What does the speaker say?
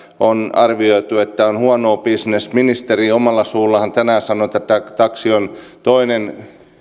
on arvioitu että tämä on huonoa bisnestä ministeri omalla suullaanhan tänään sanoi että taksi on toinen